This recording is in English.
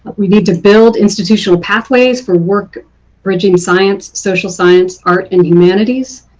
we need to build institutional pathways for work bridging science, social science, art and humanities.